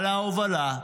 על ההובלה,